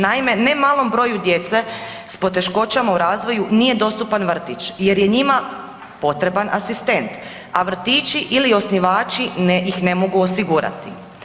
Naime, ne malom broju djece s poteškoćama u razvoju nije dostupan vrtić jer je njima potreban asistent, a vrtići ili osnivači ih ne mogu osigurati.